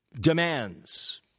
demands